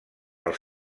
als